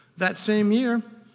that same year,